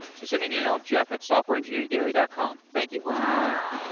so send me an email at jeff at softwarengineeringdaily dot com. thank you ah